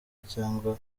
cyangwa